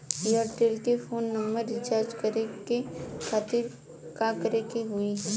Airtel के phone number recharge करे के खातिर का करे के होई?